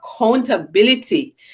accountability